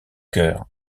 cœur